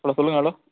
hello சொல்லுங்க hello